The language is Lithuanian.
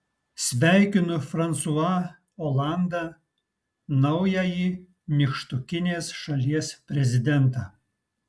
sveikinu fransua olandą naująjį nykštukinės šalies prezidentą